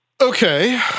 Okay